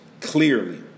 clearly